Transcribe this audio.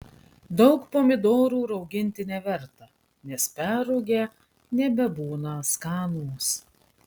daug pomidorų rauginti neverta nes perrūgę nebebūna skanūs